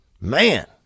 Man